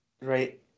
right